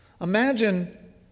Imagine